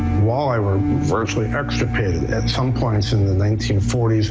walleye were virtually extirpaated at some points in the nineteen forty s